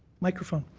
microphones.